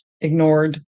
ignored